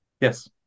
Yes